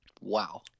wow